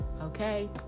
okay